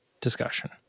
discussion